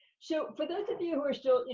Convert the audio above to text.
so, for those of you who are still,